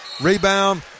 Rebound